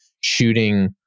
shooting